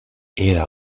era